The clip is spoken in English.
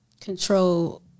Control